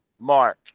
mark